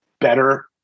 better